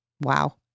Wow